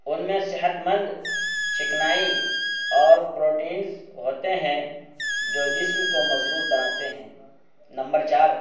ان میں صحت مند چکنائی اور پروٹینز ہوتے ہیں جو جسم کو مضبوط بناتے ہیں نمبر چار